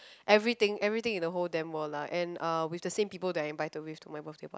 everything everything in the whole demo lah and uh with the same people that I invited with to my birthday